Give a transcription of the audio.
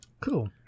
cool